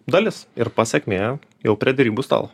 dalis ir pasekmė jau prie derybų stalo